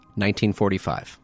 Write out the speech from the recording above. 1945